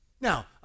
Now